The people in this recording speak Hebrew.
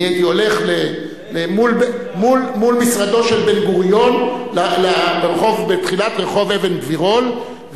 אני הייתי הולך מול משרדו של בן-גוריון בתחילת רחוב אבן-גבירול,